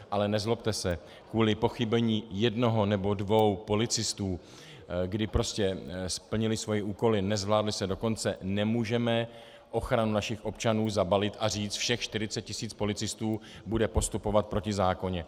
Ale nezlobte se, kvůli pochybení jednoho nebo dvou policistů, kdy splnili svoje úkoly, nezvládli do konce, nemůžeme ochranu našich občanů zabalit a říct, všech 40 tisíc policistů bude postupovat protizákonně.